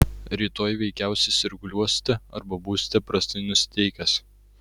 rytoj veikiausiai sirguliuosite arba būsite prastai nusiteikęs